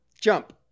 jump